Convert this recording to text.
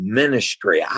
ministry